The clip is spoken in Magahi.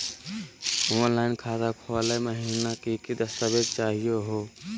ऑनलाइन खाता खोलै महिना की की दस्तावेज चाहीयो हो?